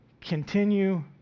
continue